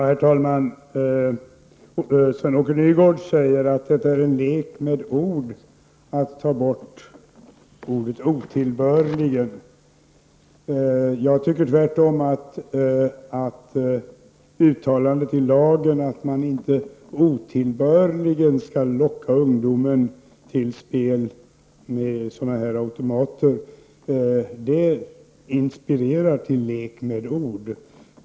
Herr talman! Sven-Åke Nygårds säger att det är en lek med ord att ta bort ordet ”otillbörligen”. Jag tycker tvärtom att uttalandet i lagen att man inte otillbörligen skall locka ungdomen till spel med automater inspirerar till lek med ord.